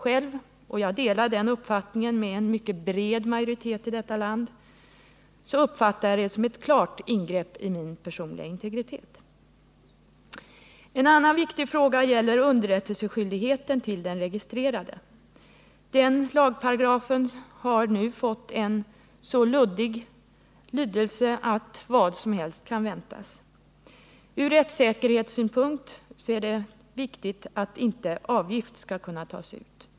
Själv uppfattar jag detta som ett klart ingrepp i den personliga integriteten, och jag delar den uppfattningen med en mycket bred majoritet i detta land. En annan viktig fråga gäller underrättelseskyldigheten gentemot den registrerade. Den lagparagrafen har nu fått en så luddig lydelse att vad som helst kan väntas. Ur rättssäkerhetssynpunkt är det viktigt att avgift inte skall kunna tas ut.